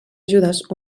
ajudes